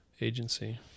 agency